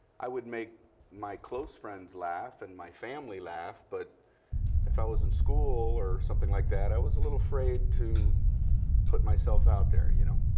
i would make my close friends laugh and my family laugh. but if i was in school or something like that, i was a little afraid to put myself out there, you know.